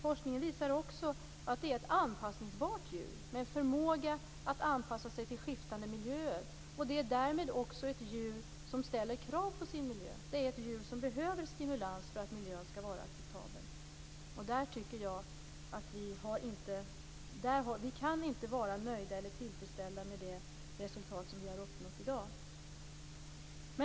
Forskningen visar också att det är ett anpassningsbart djur och har förmåga att anpassa sig till skiftande miljöer. Det är därmed också ett djur som ställer krav på sin miljö. Det är ett djur som behöver stimulans för att miljön skall vara acceptabel. Där tycker jag att vi inte kan vara tillfredsställda med det resultat som vi har uppnått i dag.